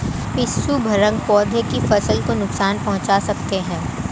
पिस्सू भृंग पौधे की फसल को नुकसान पहुंचा सकते हैं